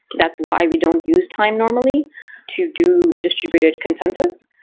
that's why we don't use time normally to do distributed consensus.